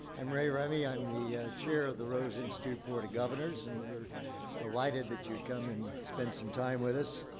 i'm ray remy. i'm the chair of the rose institute board of governors, and we're delighted that you'd come and spend some time with us,